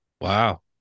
wow